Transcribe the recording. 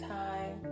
time